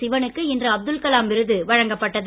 சிவனுக்கு இன்று அப்துல்கலாம் விருது வழங்கப்பட்டது